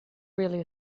really